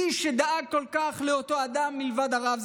אין איש שדאג כל כך לאותו אדם מלבד הרב,